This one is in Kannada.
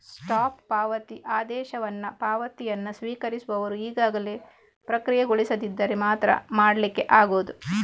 ಸ್ಟಾಪ್ ಪಾವತಿ ಆದೇಶವನ್ನ ಪಾವತಿಯನ್ನ ಸ್ವೀಕರಿಸುವವರು ಈಗಾಗಲೇ ಪ್ರಕ್ರಿಯೆಗೊಳಿಸದಿದ್ದರೆ ಮಾತ್ರ ಮಾಡ್ಲಿಕ್ಕೆ ಆಗುದು